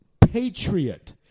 patriot